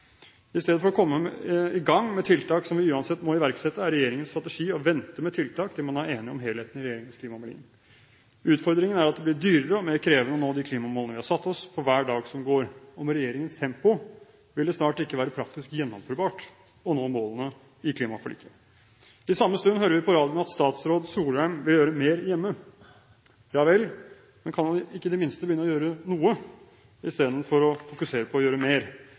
I stedet for å komme i gang med tiltak som vi uansett må iverksette, er regjeringens strategi å vente med tiltak til man er enige om helheten i regjeringens klimamelding. Utfordringen er at det blir dyrere og mer krevende å nå de klimamålene vi har satt oss for hver dag som går. Med regjeringens tempo vil det snart ikke være praktisk gjennomførbart å nå målene i klimaforliket. I samme stund hører vi på radioen at statsråd Solheim vil gjøre mer hjemme. Ja vel, men kan han i det minste ikke begynne å gjøre noe istedenfor å fokusere på å gjøre mer,